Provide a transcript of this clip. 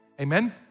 Amen